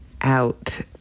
out